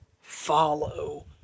follow